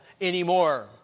anymore